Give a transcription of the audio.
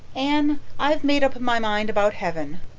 anne, i've made up my mind about heaven.